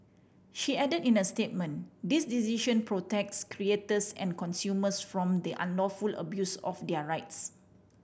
she added in a statement this decision protects creators and consumers from the unlawful abuse of their rights